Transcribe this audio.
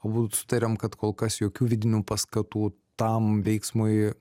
abu sutarėm kad kol kas jokių vidinių paskatų tam veiksmui